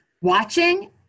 watching